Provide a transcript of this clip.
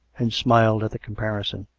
and smiled at the comparison